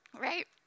right